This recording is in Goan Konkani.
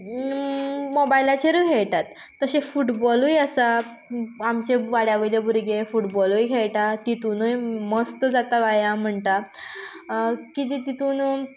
मोबायलाचेरूय खेळटात तशे फुटबॉलूय आसा आमचे वाड्यावयले भुरगे फुटबॉलूय खेळटा तितुनूय मस्त जाता व्यायाम म्हणटा की ते तितून